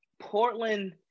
Portland